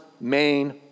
main